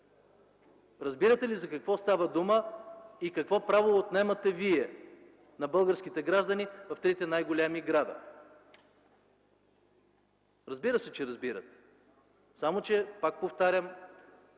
Разбирате ли за какво става дума и какво право отнемате вие на българските граждани в трите най-големи града? Разбира се, че разбирате, само че, пак повтарям,